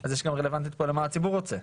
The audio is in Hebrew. אז יש רלוונטיות למה הציבור רוצה.